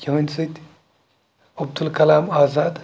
یِہٕنٛدۍ سۭتۍ عبدالکلام آزاد